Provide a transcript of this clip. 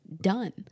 done